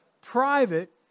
Private